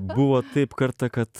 buvo taip kartą kad